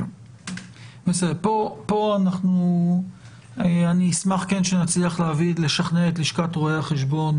כאן אני אשמח שנצליח לשכנע את לשכת רואי החשבון